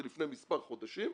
זה לפני מספר חודשים,